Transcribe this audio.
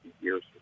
years